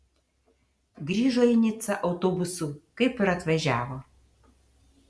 grįžo į nicą autobusu kaip ir atvažiavo